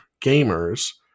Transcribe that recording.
gamers